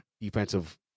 defensive